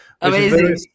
amazing